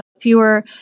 fewer